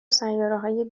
سیارههای